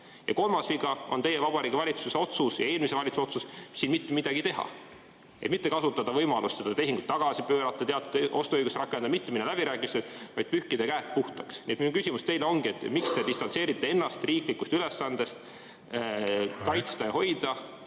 Ja kolmas viga on teie, Vabariigi Valitsuse otsus ja eelmise valitsuse otsus mitte midagi teha. Mitte kasutada võimalust seda tehingut tagasi pöörata, teatud ostuõigust rakendada, mitte minna läbirääkimistele, vaid pühkida käed puhtaks. Minu küsimus teile ongi: miks te distantseerite ennast riiklikust ülesandest kaitsta ja hoida